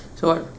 so what